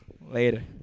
later